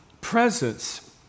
presence